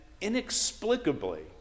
inexplicably